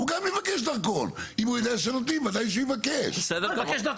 במקום לשאול עשר שאלות תגיד שאתה מציע- -- והשנה